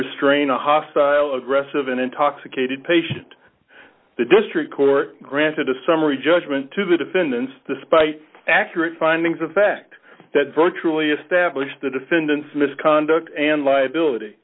restrain a hostile aggressive and intoxicated patient the district court granted a summary judgment to the defendants despite accurate findings of fact that virtually established the defendant's misconduct and liability